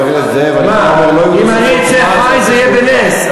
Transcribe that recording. אם אני אצא חי זה יהיה בנס.